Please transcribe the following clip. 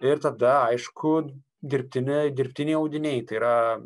ir tada aišku dirbtini dirbtiniai audiniai tai yra